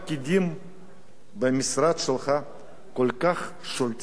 במשרד שלך כל כך שולטים בכל מיני דברים,